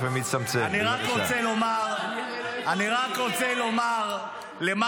אני רוצה לספר למר